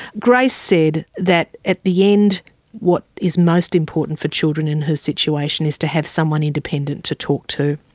grace said that at the end what is most important for children in her situation is to have someone independent to talk to,